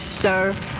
sir